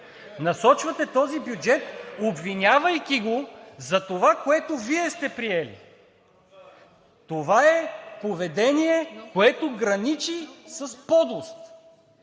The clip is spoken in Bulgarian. насрочвайки този бюджет, обвинявайки го за това, което Вие сте приели. Това е поведение, което граничи с подлост!